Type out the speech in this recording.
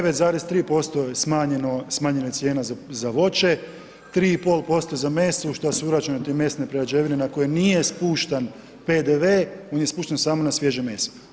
9,3% je smanjena cijena za voće, 3,5% za meso, u što su uračunate i mesne prerađevina na koje nije spuštan PDV, on je spušten samo na svježe meso.